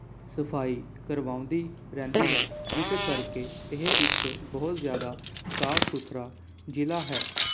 ਸਫ਼ਾਈ ਕਰਵਾਉਂਦੀ ਰਹਿੰਦੀ ਹੈ ਜਿਸ ਕਰਕੇ ਇਹ ਇੱਕ ਬਹੁਤ ਜ਼ਿਆਦਾ ਸਾਫ਼ ਸੁਥਰਾ ਜ਼ਿਲ੍ਹਾ ਹੈ